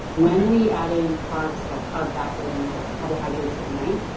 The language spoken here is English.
when we add in carbs like carb backloading or carbohydrates at night,